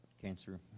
cancer